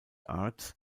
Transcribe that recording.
arts